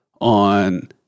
on